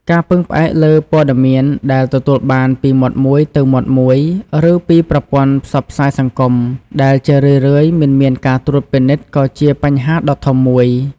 ការពឹងផ្អែកលើព័ត៌មានដែលទទួលបានពីមាត់មួយទៅមាត់មួយ ឬពីប្រព័ន្ធផ្សព្វផ្សាយសង្គម ដែលជារឿយៗមិនមានការត្រួតពិនិត្យក៏ជាបញ្ហាដ៏ធំមួយ។